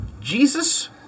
Jesus